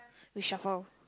reshuffle